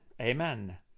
Amen